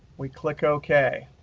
we click ok,